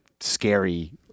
scary